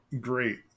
great